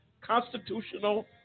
constitutional